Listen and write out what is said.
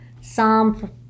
psalm